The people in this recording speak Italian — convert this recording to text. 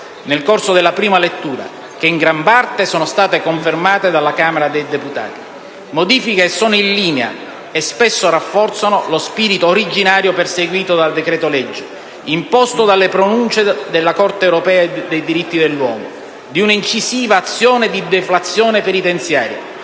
nel corso della prima lettura, che in gran parte sono state confermate dalla Camera dei deputati; modifiche che sono in linea e spesso rafforzano lo spirito originario perseguito dal decreto-legge, imposto dalle pronunce della Corte europea dei diritti dell'uomo, di un'incisiva azione di deflazione penitenziaria,